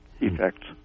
effects